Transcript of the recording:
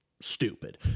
stupid